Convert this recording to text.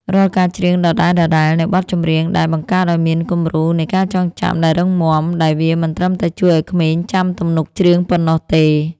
រាល់ការច្រៀងដដែលៗនូវបទចម្រៀងដដែល បង្កើតឱ្យមានគំរូនៃការចងចាំដែលរឹងមាំ ដែលវាមិនត្រឹមតែជួយឱ្យក្មេងចាំទំនុកច្រៀងប៉ុណ្ណោះទេ